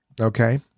Okay